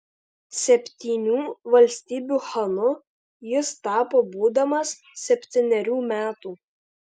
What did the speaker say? septynių valstybių chanu jis tapo būdamas septynerių metų